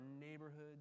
neighborhoods